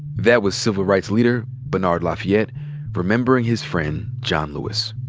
that was civil rights leader bernard lafayette remembering his friend, john lewis.